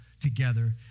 together